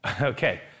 Okay